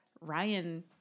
Ryan